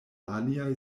aliaj